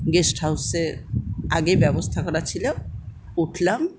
গেস্টহাউসে আগেই ব্যবস্থা করা ছিল উঠলাম